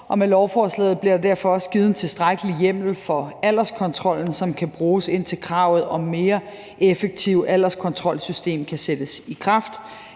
Med lovforslaget bliver der derfor også givet en tilstrækkelig hjemmel i forhold til alderskontrollen, som kan bruges, indtil kravet om et mere effektivt alderskontrolsystem kan sættes i kraft.